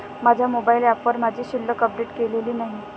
माझ्या मोबाइल ऍपवर माझी शिल्लक अपडेट केलेली नाही